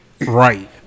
Right